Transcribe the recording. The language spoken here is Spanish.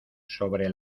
sobre